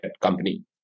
company